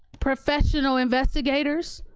professional investigators,